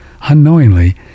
Unknowingly